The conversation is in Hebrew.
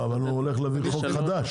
לא, אבל הוא הולך להביא חוק חדש.